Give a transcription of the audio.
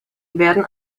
werden